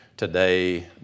Today